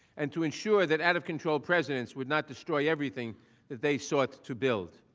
and to ensure that out-of-control presidents would not destroy everything that they sought to build.